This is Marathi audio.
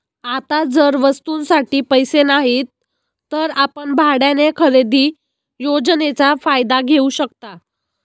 आता जर वस्तूंसाठी पैसे नाहीत तर आपण भाड्याने खरेदी योजनेचा फायदा घेऊ शकता